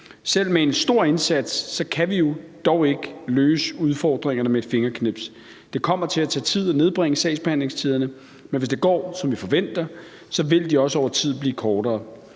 Selv med en stor indsats kan vi dog ikke løse udfordringerne med et fingerknips. Det kommer til at tage tid at nedbringe sagsbehandlingstiderne, men hvis det går, som vi forventer, vil de også over tid blive kortere.